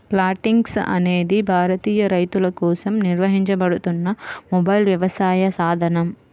Plantix అనేది భారతీయ రైతులకోసం నిర్వహించబడుతున్న మొబైల్ వ్యవసాయ సాధనం